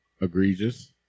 egregious